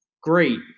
Great